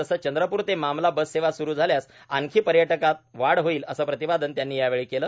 तसंच चंद्रप्र ते मामला बससेवा स्रु झाल्यास आणखी पर्यटकात वाढ होईल असं प्रतिपादन त्यांनी यावेळी केलं